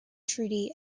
treaty